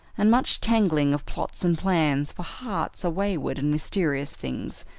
and much tangling of plots and plans, for hearts are wayward and mysterious things,